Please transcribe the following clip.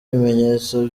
ibimenyetso